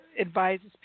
advises